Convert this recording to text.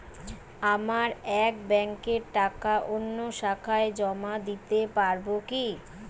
আমার এক ব্যাঙ্কের টাকা অন্য শাখায় জমা দিতে পারব কি?